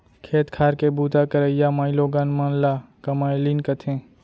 खेत खार के बूता करइया माइलोगन मन ल कमैलिन कथें